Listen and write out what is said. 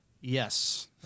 Yes